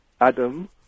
Adam